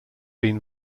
been